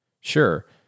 Sure